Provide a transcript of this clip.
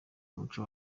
umuco